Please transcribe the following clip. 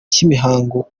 cy’imihango